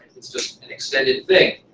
it's just an extended thing.